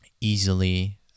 easily